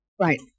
Right